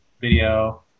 video